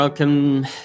Welcome